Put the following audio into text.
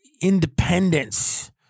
independence